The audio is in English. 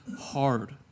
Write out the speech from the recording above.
hard